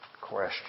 question